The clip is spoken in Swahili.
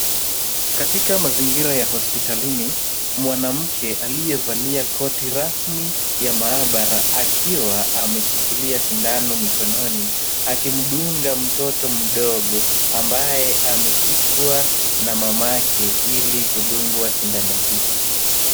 Katika mazingira ya hospitalini, mwanamke aliyevalia koti rasmi ya maabara akiwa ameshikilia sindano mikononi, akimdunga mtoto mdogo ambaye ameshikwa na mamake ili kudungwa sindano hilo.